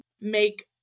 make